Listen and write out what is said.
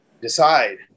decide